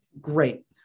Great